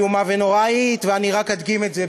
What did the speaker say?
איומה ונוראית ואני רק אדגים את זה,